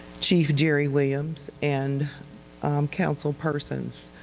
chief jeri williams, and council persons.